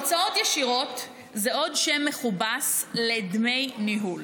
הוצאות ישירות זה עוד שם מכובס לדמי ניהול